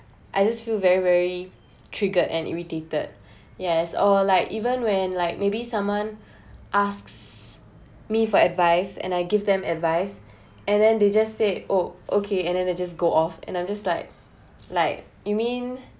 I just feel very very triggered and irritated yes or like even when like maybe someone asks me for advice and I give them advice and then they just say oh okay and then they just go off and I'm just like like you mean